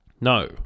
No